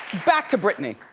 back to britney.